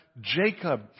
Jacob